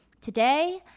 Today